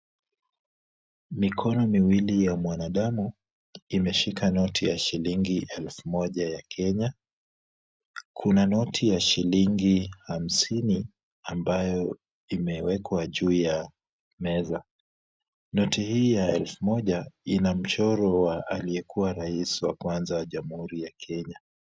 Mikono miwili ya mwanadamu, imeshika noti ya shilingi elfu moja ya Kenya. Kuna noti ya shilingi hamsini ambayo imewekwa juu ya meza. Noti hii ya elfu moja ina mchoro wa aliyekuwa rais wa kwanza wa Jamhuri ya Kenya.